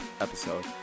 episode